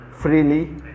freely